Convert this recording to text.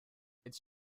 its